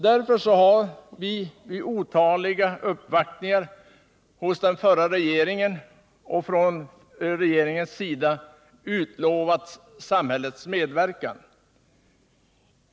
Därför har vi efter otaliga uppvaktningar hos regeringen Fälldin utlovats samhällets medverkan.